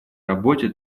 работе